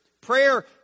Prayer